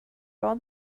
all